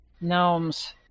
Gnomes